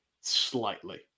slightly